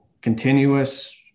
Continuous